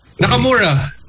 Nakamura